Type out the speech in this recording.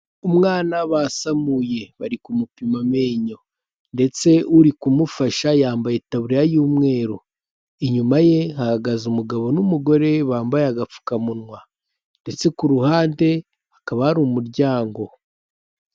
Umwana basamuye bari kumupima amenyo ndetse uri kumufasha yambaye itaburiya y'umweru, inyuma ye hahagaze umugabo n'umugore bambaye agapfukamunwa ndetse ku ruhande hakaba hari umuryango.